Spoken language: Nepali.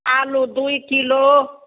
आलु दुई किलो